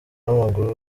n’amaguru